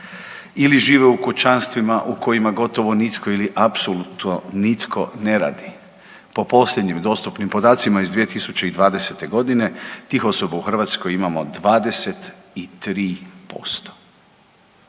ili žive u kućanstvima u kojima gotovo nitko ili apsolutno nitko ne radi. Po posljednjim dostupnim podacima iz 2020.g. tih osoba u Hrvatskoj imamo 23%.